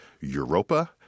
Europa